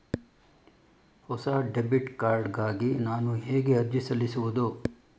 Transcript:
ಹೊಸ debit card ಗಾಗಿ ನಾನು ಹೇಗೆ ಅರ್ಜಿ ಸಲ್ಲಿಸುವುದು?